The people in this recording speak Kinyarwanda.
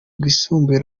rwisumbuye